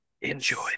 enjoy